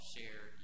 Share